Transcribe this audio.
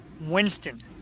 Winston